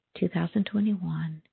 2021